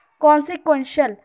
Consequential